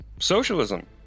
Socialism